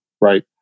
right